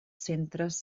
centres